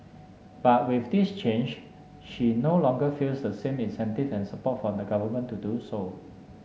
but with this change she no longer feels the same incentive and support from the Government to do so